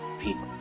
people